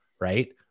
Right